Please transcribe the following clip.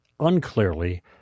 unclearly